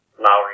Lowry